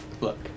look